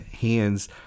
hands